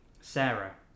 Sarah